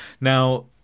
Now